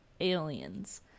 aliens